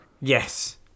Yes